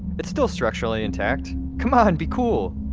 it's still structurally intact. come on be cool.